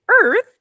Earth